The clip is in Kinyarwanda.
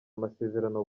amasezerano